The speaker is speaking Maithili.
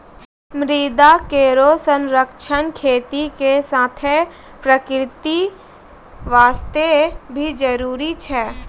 मृदा केरो संरक्षण खेती के साथें प्रकृति वास्ते भी जरूरी छै